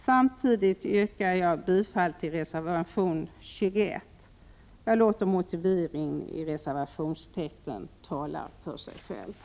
Samtidigt yrkar jag bifall till reservation 21. Jag låter motiveringen i reservationstexten tala för sig själv.r